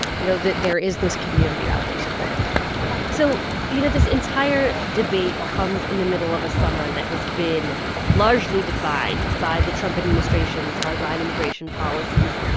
you know, there is this community out there supporting them so you know, this entire debate comes in the middle of a summer that has been largely defined by the trump administration's hard-line immigration policies.